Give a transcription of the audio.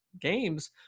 games